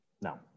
No